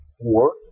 Work